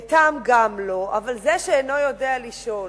תם, גם לא, אבל זה שאינו יודע לשאול,